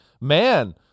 man